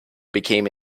became